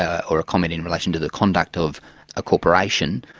ah or a comment in relation to the conduct of a corporation,